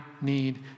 need